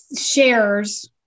shares